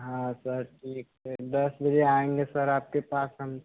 हाँ सर ठीक है दस बजे आएंगे सर आपके पास हम